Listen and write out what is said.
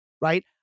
right